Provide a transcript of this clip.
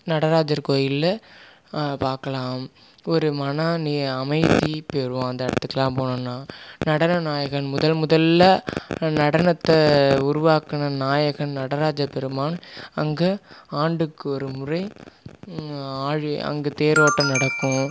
நடராஜர் கோயிலில் பார்க்கலாம் ஒரு மனம் அமைதி பெறும் அந்த இடத்துக்கலாம் போனோம்னா நடன நாயகன் முதல் முதலில் நடனத்தை உருவாக்கின நாயகன் நடராஜப்பெருமான் அங்கே ஆண்டுக்கு ஒரு முறை ஆழி அங்கே தேரோட்டம் நடக்கும்